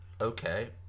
Okay